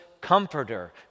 comforter